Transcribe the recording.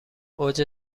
اوج